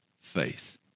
faith